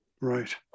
right